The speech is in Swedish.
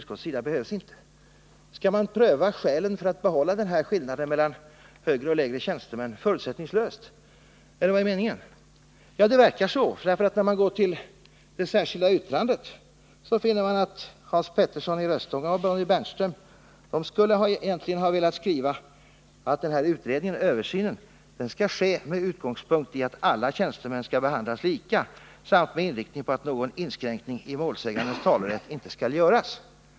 Skall man förutsättningslöst pröva skälen för att behålla denna skillnad mellan högre och lägre tjänstemän, eller vad är meningen? Ja, det verkar så. Av det särskilda yttrandet av Hans Petersson i Röstånga och Bonnie Bernström framgår nämligen att de egentligen skulle ha velat skriva att utredningen skall ske med utgångspunkt i att alla tjänstemän skall behandlas lika samt med inriktning på att någon inskränkning i målsägandens talerätt inte skall göras.